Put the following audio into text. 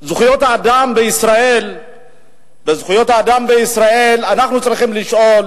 לגבי זכויות האדם בישראל אנחנו צריכים לשאול: